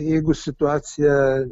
jeigu situacija